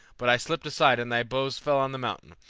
but i slipped aside and thy blows fell on the mountain,